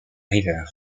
river